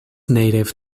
native